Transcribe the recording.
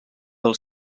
del